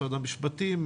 משרד המשפטים,